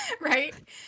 Right